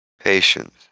patience